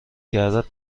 کردت